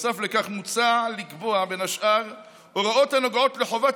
נוסף על כך מוצע לקבוע בין השאר הוראות הנוגעות לחובת